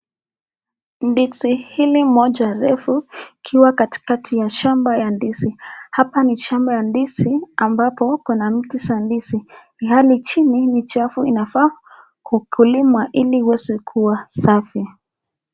Ndizi hili moja refu ikiwa katikati ya shamba ya ndizi. Hapa ni shamba ya ndizi ambapo kuna mti za ndizi ilhali chini ni chafu inafaa kulimwa ili iweze kuwa safi.